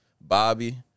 Bobby